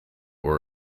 were